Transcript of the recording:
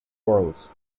worlds